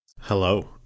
Hello